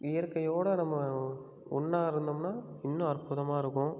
இயற்கையோடு நம்ம ஒன்றா இருந்தோம்ன்னால் இன்னும் அற்புதமாக இருக்கும்